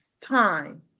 time